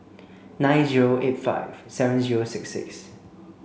nine zero eight five seven zero six six